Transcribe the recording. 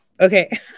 okay